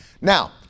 Now